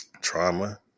trauma